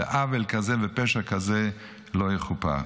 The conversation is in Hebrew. ועוול כזה ופשע כזה לא יכופר.